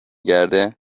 گرده